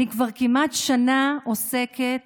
אני כבר כמעט שנה עוסקת